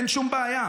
אין שום בעיה.